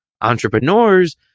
entrepreneurs